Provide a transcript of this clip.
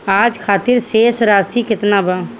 आज खातिर शेष राशि केतना बा?